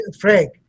Frank